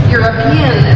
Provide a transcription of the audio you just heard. European